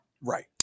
Right